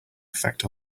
effect